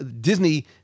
Disney